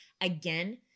again